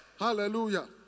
Hallelujah